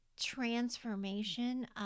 transformation